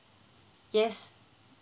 yes